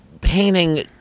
painting